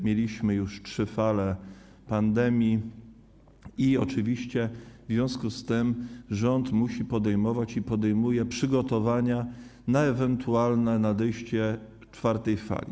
Mieliśmy już trzy fale pandemii i oczywiście w związku z tym rząd musi podejmować i podejmuje przygotowania na ewentualne nadejście czwartej fali.